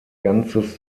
ganzes